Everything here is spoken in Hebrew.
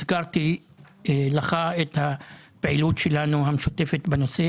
הזכרתי לך את הפעילות המשותפת שלנו בנושא.